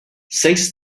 six